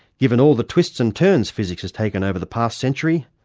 given all the twists and turns physics has taken over the past century,